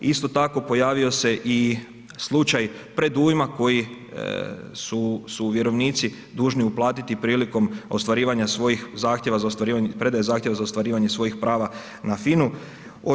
Isto tako pojavio se i slučaj predujma koji su vjerovnici dužni uplatiti prilikom ostvarivanja svojih zahtjeva, predaje zahtjeva za ostvarivanje svojih prava na FINA-u.